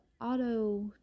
auto